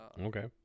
okay